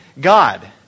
God